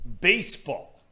Baseball